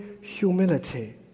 humility